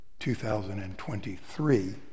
2023